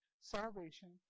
salvation